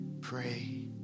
pray